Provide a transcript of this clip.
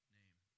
name